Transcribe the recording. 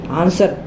answer